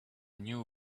new